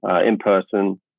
in-person